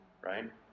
right